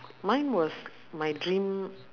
mine was my dream